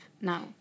now